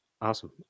Awesome